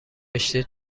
رشته